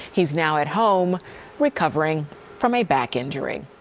he's now at home recovering from a back injury.